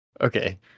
Okay